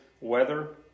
weather